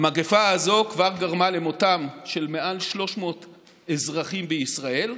המגפה הזו כבר גרמה למותם של מעל 300 אזרחים בישראל,